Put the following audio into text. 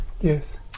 Yes